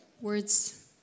words